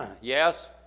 Yes